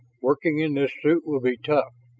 working in this suit will be tough.